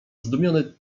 zdumiony